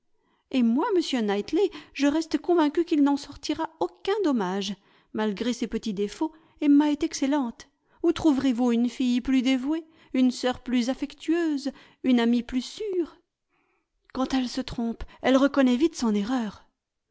et moi monsieur knightley je reste convaincu qu'il n'en sortira aucun dommage malgré ses petits défauts emma est excellente où trouverez-vous une fille plus dévouée une sœur plus affectueuse une amie plus sûre quand elle se trompe elle reconnait vite son erreur